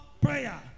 prayer